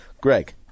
Greg